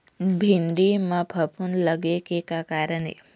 भिंडी म फफूंद लगे के का कारण ये?